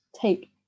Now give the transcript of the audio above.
Take